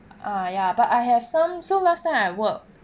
ah ya but I have some so last time I work